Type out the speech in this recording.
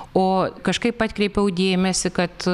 o kažkaip atkreipiau dėmesį kad